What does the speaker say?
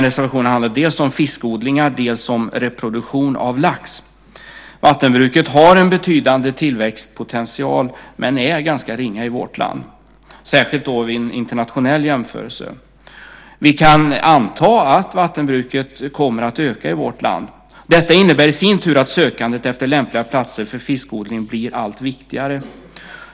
Den handlar dels om fiskodlingar, dels om reproduktion av lax. Vattenbruket har en betydande tillväxtpotential men är ganska ringa i vårt land, särskilt vid en internationell jämförelse. Vi kan anta att vattenbruket kommer att öka i vårt land. Detta innebär i sin tur att sökandet efter lämpliga platser för fiskodling blir allt viktigare.